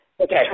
okay